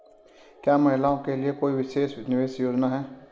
क्या महिलाओं के लिए कोई विशेष निवेश योजना है?